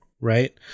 right